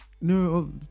No